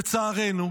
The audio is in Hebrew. לצערנו,